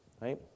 right